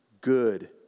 good